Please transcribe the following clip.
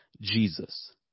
Jesus